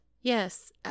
yes